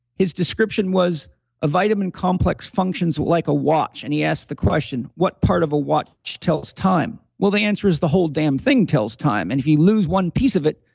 his description was a vitamin complex functions like a watch. and he asked the question, what part of a watch tells time? well, the answer is the whole damn thing tells time. and if you lose one piece of it,